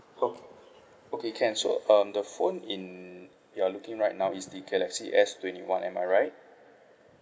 ok~ okay can so um the phone in you are looking right now is the galaxy S twenty one am I right